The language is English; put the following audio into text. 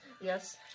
Yes